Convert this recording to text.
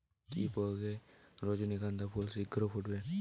কি প্রয়োগে রজনীগন্ধা ফুল শিঘ্র ফুটবে?